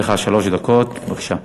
יש לך שלוש דקות, בבקשה.